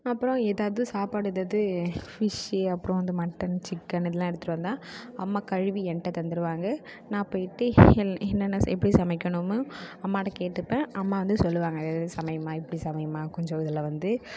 அப்புறம் எதாவது சாப்பாடு எதாவது பிஷ்ஷு அப்புறம் அந்த மட்டன் சிக்கன் இதெலாம் எடுத்துகிட்டு வந்தால் அம்மா கழுவி என்கிட்ட தந்துவிடுவாங்க நான் போய்விட்டு என் என்னென்ன எப்படி சமைக்கணுமோ அம்மாகிட்ட கேட்டுப்பேன் அம்மா வந்து சொல்லுவாங்க இதை இதை சமைம்மா இப்படி சமைம்மா கொஞ்சம் இதில் வந்து